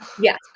Yes